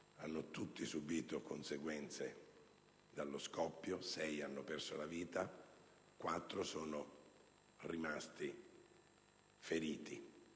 hanno tutti subìto le conseguenze dello scoppio: sei hanno perso la vita e quattro sono rimasti feriti.